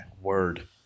word